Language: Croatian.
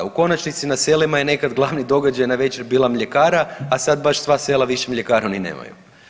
U konačnici na selima je nekad glavni događaj navečer bila mljekara, a sad baš sva sela više mljekaru ni nemaju.